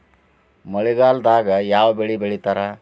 ಮಳೆಗಾಲದಾಗ ಯಾವ ಬೆಳಿ ಬೆಳಿತಾರ?